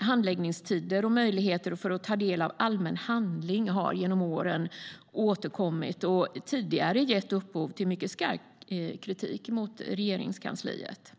handläggningstider och möjligheter att ta del av allmän handling har genom åren återkommit och tidigare gett upphov till mycket skarp kritik mot Regeringskansliet.